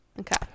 Okay